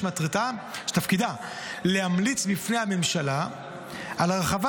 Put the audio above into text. שתפקידה להמליץ בפני הממשלה על הרחבת